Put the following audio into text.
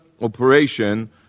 operation